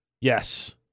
yes